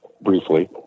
briefly